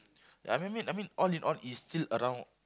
I mean mean I mean all in all it's still around